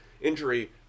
injury